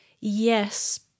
Yes